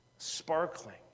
Sparkling